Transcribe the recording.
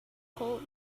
called